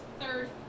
third